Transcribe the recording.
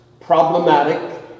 problematic